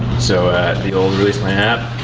so the old release by an app,